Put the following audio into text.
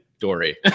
Dory